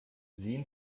sehen